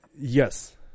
Yes